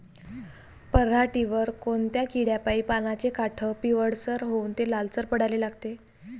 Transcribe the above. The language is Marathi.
पऱ्हाटीवर कोनत्या किड्यापाई पानाचे काठं पिवळसर होऊन ते लालसर पडाले लागते?